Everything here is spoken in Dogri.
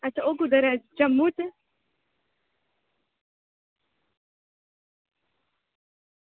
अच्छा ओह् कुद्धर ऐ जम्मू च